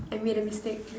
I made a mistake